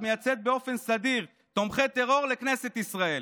מייצאת באופן סדיר תומכי טרור לכנסת ישראל: